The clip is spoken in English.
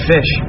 Fish